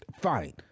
Fine